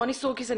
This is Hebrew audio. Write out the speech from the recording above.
רוני סורקיס,